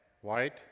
white